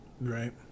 right